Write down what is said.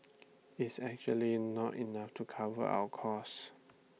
is actually not enough to cover our cost